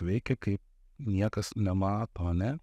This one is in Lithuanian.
veikia kaip niekas nemato ane